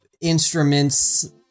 instruments